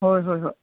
ꯍꯣꯏ ꯍꯣꯏ ꯍꯣꯏ